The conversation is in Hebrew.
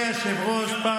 יש חוסר אמון.